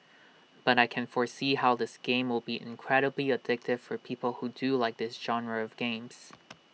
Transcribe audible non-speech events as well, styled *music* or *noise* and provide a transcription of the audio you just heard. but I can foresee how this game will be incredibly addictive for people who do like this genre of games *noise*